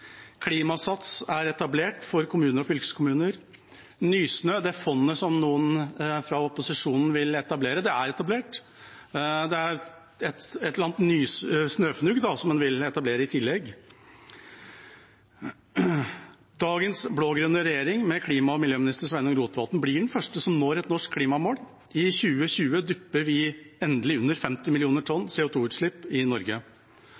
Klimasats er etablert for kommuner og fylkeskommuner. Nysnø, det fondet noen fra opposisjonen vil etablere, er etablert. Det er da et eller annet snøfnugg man vil etablere i tillegg. Dagens blå-grønne regjering med klima- og miljøminister Sveinung Rotevatn blir den første som når et norsk klimamål. I 2020 dupper vi endelig under 50 mill. tonn CO 2 -utslipp i Norge.